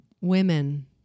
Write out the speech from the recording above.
Women